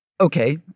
Okay